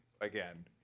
again